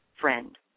friend